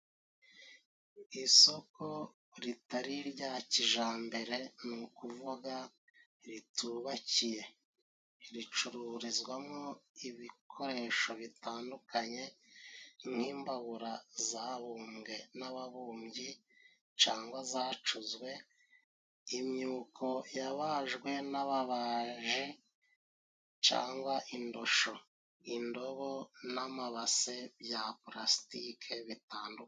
Isoko ritari irya kijambere ni ukuvuga ritubakiye ricururizwamo ibikoresho bitandukanye nk'imbabura zabumbwe n'ababumbyi cangwa zacuzwe, imyuko yabajwe n'ababaji cangwa indosho, indobo n'amabase bya pulasitike bitandukanye.